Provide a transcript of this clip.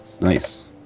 Nice